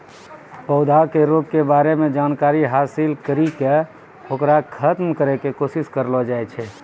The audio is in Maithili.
पौधा के रोग के बारे मॅ जानकारी हासिल करी क होकरा खत्म करै के कोशिश करलो जाय छै